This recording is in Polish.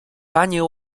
wanie